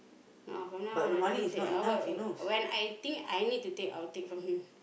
now from now I don't want take I will~ when I think I need to take I will take from him